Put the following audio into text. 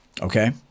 okay